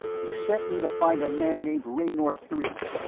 he sent me to find a man named raynor three.